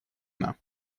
mains